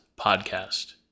Podcast